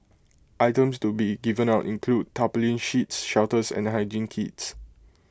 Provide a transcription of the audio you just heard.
items to be given out include tarpaulin sheets shelters and hygiene kits